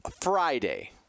Friday